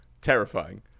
terrifying